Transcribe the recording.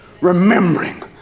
remembering